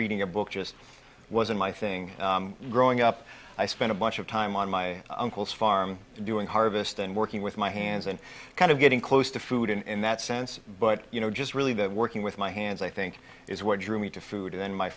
reading a book just wasn't my thing growing up i spent a bunch of time on my uncle's farm doing harvest and working with my hands and kind of getting close to food in that sense but you know just really that working with my hands i think is what drew me to food